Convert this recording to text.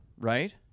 right